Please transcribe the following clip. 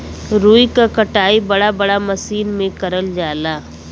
रुई क कटाई बड़ा बड़ा मसीन में करल जाला